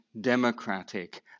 democratic